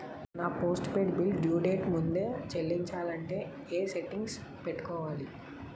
నా postpaid bill due date ముందే చెల్లించాలంటే ఎ సెట్టింగ్స్ పెట్టుకోవాలి?